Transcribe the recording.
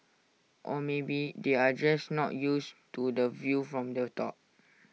or maybe they are just not used to the view from the top